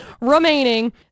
remaining